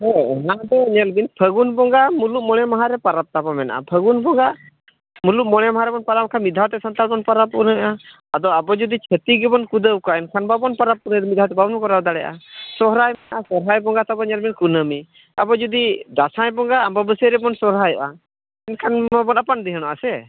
ᱦᱮᱸ ᱚᱱᱟ ᱫᱚ ᱧᱮᱞᱵᱤᱱ ᱯᱷᱟᱹᱜᱩᱱ ᱵᱚᱸᱜᱟ ᱢᱩᱞᱩᱜ ᱢᱚᱬᱮ ᱢᱟᱦᱟᱨᱮ ᱯᱟᱨᱟᱵᱽ ᱛᱟᱵᱚ ᱢᱮᱱᱟᱜᱼᱟ ᱯᱷᱟᱹᱜᱩᱱ ᱵᱚᱸᱜᱟ ᱢᱩᱞᱩᱜ ᱢᱚᱬᱮ ᱢᱟᱦᱟᱨᱮᱵᱚᱱ ᱯᱟᱨᱟᱵᱽ ᱞᱮᱱᱠᱷᱟᱱ ᱢᱤᱫ ᱫᱷᱟᱣᱛᱮ ᱥᱟᱱᱛᱟᱲ ᱵᱚᱱ ᱯᱟᱨᱟᱵᱽ ᱯᱩᱱᱟᱹᱭᱮᱜᱼᱟ ᱟᱫᱚ ᱟᱵᱚ ᱡᱩᱫᱤ ᱪᱷᱟᱛᱤᱠᱜᱮᱵᱚᱱ ᱠᱷᱩᱫᱟᱹᱣ ᱠᱚᱣᱟ ᱮᱱᱠᱷᱟᱱ ᱵᱟᱵᱚᱱ ᱯᱟᱨᱟᱵᱽ ᱯᱩᱱᱟᱹᱭᱚᱜᱼᱟ ᱢᱤᱫ ᱫᱷᱟᱣᱛᱮ ᱵᱟᱵᱚᱱ ᱠᱚᱨᱟᱣ ᱫᱟᱲᱮᱭᱟᱜᱼᱟ ᱥᱚᱦᱨᱟᱭ ᱢᱮᱱᱟᱜᱼᱟ ᱥᱚᱨᱦᱟᱭ ᱵᱚᱸᱜᱟ ᱛᱟᱵᱚ ᱧᱮᱞᱢᱮ ᱠᱩᱱᱟᱹᱢᱤ ᱟᱵᱚ ᱡᱩᱫᱤ ᱫᱟᱸᱥᱟᱭ ᱵᱚᱸᱜᱟ ᱟᱢᱵᱟᱵᱟᱹᱥᱭᱟᱹ ᱨᱮᱵᱚᱱ ᱥᱚᱨᱦᱟᱭᱚᱜᱼᱟ ᱮᱱᱠᱷᱟᱱ ᱢᱟᱵᱚᱱ ᱟᱯᱟᱱ ᱟᱯᱤᱱᱚᱜᱼᱟ ᱥᱮ